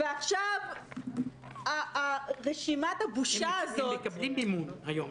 ועכשיו רשימת הבושה הזאת -- הם מקבלים מימון היום,